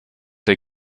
der